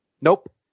Nope